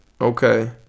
Okay